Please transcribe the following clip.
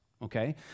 okay